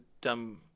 dumb